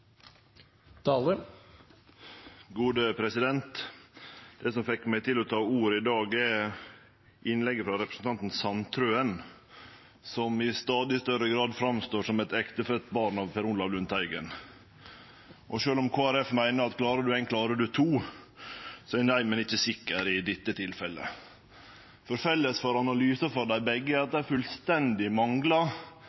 Det som fekk meg til å ta ordet i dag, var innlegget frå representanten Sandtrøen, som i stadig større grad framstår som eit ektefødt barn av Per Olaf Lundteigen. Og sjølv om Kristeleg Folkeparti meiner at klarar du ein, klarar du to, er eg neimen ikkje sikker i dette tilfellet. For felles for analysane frå dei begge er at